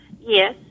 Yes